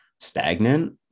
stagnant